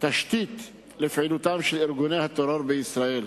תשתית לפעילותם של ארגוני הטרור בישראל.